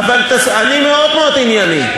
אני מאוד מאוד ענייני.